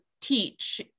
teach